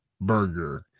Burger